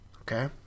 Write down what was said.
Okay